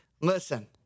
Listen